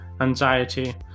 anxiety